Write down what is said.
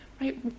right